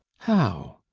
how?